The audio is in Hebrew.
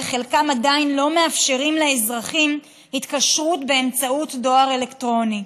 וחלקם עדיין לא מאפשרים לאזרחים התקשרות באמצעות דואר אלקטרוני.